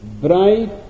bright